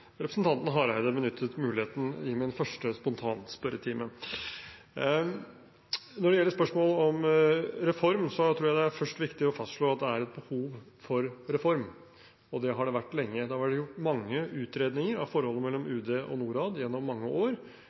representanten Hareide benyttet muligheten i min første spontanspørretime. Når det gjelder spørsmålet om reform, tror jeg at det først er viktig å fastslå at det er et behov for reform, og det har det vært lenge. Det har vært gjort mange utredninger av forholdet mellom UD og Norad gjennom mange år,